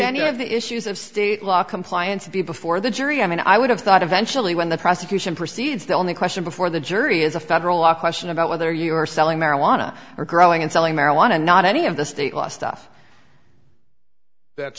of the issues of state law compliance be before the jury i mean i would have thought eventuality when the prosecution proceeds the only question before the jury is a federal law question about whether you are selling marijuana or growing and selling marijuana not any of the state law stuff that's